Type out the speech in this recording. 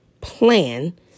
plan